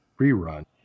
rerun